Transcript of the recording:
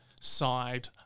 side